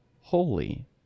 holy